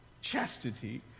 Chastity